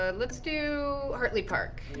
ah let's do hartley park.